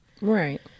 Right